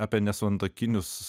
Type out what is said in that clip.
apie nesantuokinius